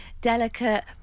delicate